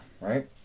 right